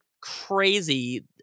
crazy